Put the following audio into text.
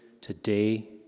today